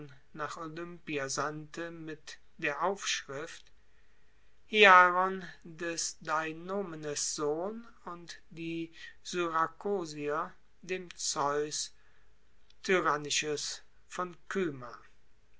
nach olympia sandte mit der aufschrift hiaron des deinomenes sohn und die syrakosier dem zeus tyrrhanisches von kyma